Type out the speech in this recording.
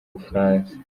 bufaransa